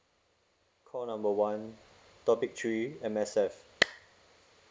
call number one topic three M_S_F